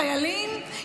חיילים,